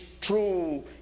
true